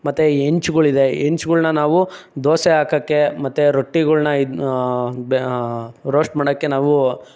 ಮತ್ತೆ ಹೆಂಚುಗಳು ಇದೆ ಹೆಂಚುಗಳನ್ನ ನಾವು ದೋಸೆ ಹಾಕೋಕ್ಕೆ ಮತ್ತೆ ರೊಟ್ಟಿಗಳನ್ನ ಇದು ಬೆ ರೋಸ್ಟ್ ಮಾಡೋಕ್ಕೆ ನಾವು